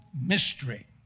mystery